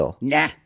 Nah